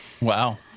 Wow